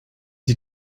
die